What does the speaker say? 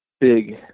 big